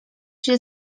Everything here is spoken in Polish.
się